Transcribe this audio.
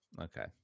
okay